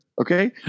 okay